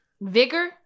Vigor